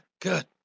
good